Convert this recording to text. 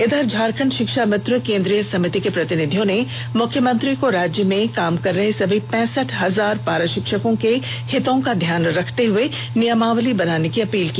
इधर झारखंड शिक्षा मित्र केंद्रीय समिति के प्रतिनिधियों ने मुख्यमंत्री को राज्य में काम कर रहे सभी पैंसठ हजार पारा शिक्षकों के हितों का ध्यान रखते हुए नियमावली बनाने की अपील की